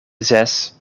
zes